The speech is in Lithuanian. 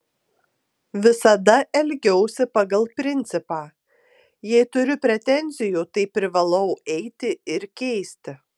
visada elgiausi pagal principą jei turiu pretenzijų tai privalau eiti ir keisti